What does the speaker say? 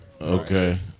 okay